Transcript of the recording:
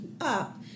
up